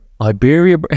Iberia